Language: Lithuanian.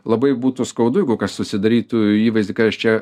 labai būtų skaudu jeigu kas susidarytų įvaizdį kad aš čia